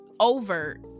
overt